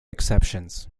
exceptions